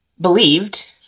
believed